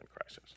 crisis